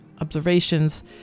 observations